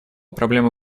проблема